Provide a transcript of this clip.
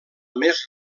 més